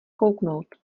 kouknout